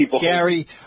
Gary